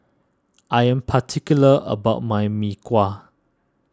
I am particular about my Mee Kuah